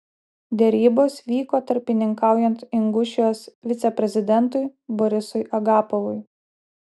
derybos vyko tarpininkaujant ingušijos viceprezidentui borisui agapovui